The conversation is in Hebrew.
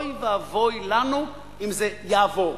אוי ואבוי לנו אם זה יעבור.